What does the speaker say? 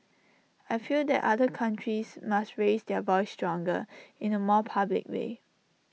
I feel that other countries must raise their voice stronger in the more public way